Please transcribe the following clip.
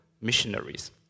missionaries